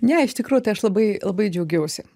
ne iš tikrųjų tai aš labai labai džiaugiausi